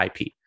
IP